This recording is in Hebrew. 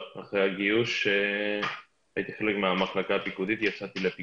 דיברתי עברית והלכתי למאפיה כי אני מאוד אוהב רוגלך ואין את זה בחו"ל,